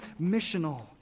missional